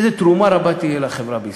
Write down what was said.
איזה תרומה רבה תהיה לחברה בישראל.